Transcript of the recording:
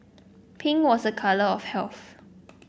pink was a colour of health